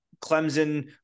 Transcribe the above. Clemson